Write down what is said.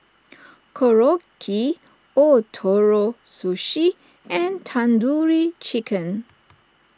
Korokke Ootoro Sushi and Tandoori Chicken